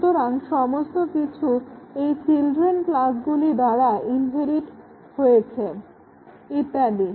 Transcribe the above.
সুতরাং সমস্ত কিছু এই চিল্ড্রেন ক্লাসগুলি দ্বারা ইনহেরিটেড হয়েছে ইত্যাদি